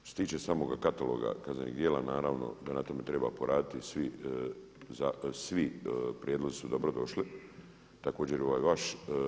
Što se tiče samoga kataloga kaznenih djela naravno da na tome treba poraditi, svi prijedlozi su dobro došli, također i ovaj vaš.